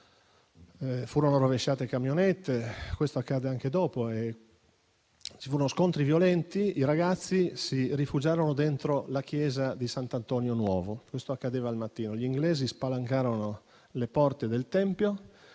furono rovesciate camionette; questo accadde anche dopo e ci furono altri scontri violenti. I ragazzi si rifugiarono dentro la chiesa di Sant'Antonio Nuovo. Questo accadeva al mattino. Gli inglesi spalancarono le porte del tempio,